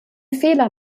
fehler